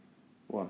!wah!